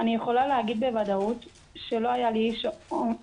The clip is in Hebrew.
אני יכולה להגיד בוודאות שלא היה לי איש אמון